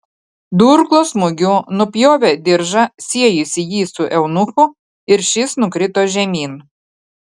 durklo smūgiu nupjovė diržą siejusį jį su eunuchu ir šis nukrito žemyn